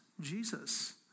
Jesus